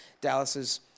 Dallas's